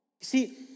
see